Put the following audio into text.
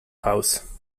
house